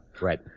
Right